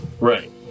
Right